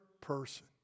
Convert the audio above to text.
person